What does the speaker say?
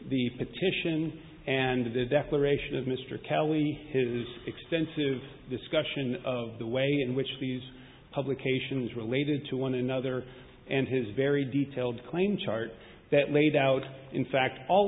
the petition and the declaration of mr kelley who has extensive discussion of the way in which these publications related to one another and his very detailed claim chart that laid out in fact all